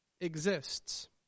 exists